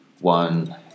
one